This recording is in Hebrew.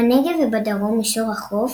בנגב ובדרום מישור החוף